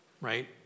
Right